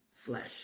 flesh